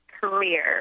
career